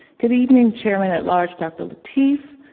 good evening chairman at-large dr. lateef,